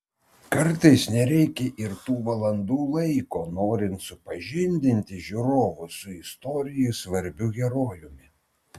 kartais nereikia ir tų valandų laiko norint supažindinti žiūrovus su istorijai svarbiu herojumi